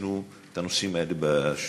שמיצינו את הנושאים האלה בשאלות.